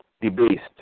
debased